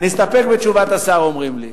נסתפק בתשובת השר, אומרים לי.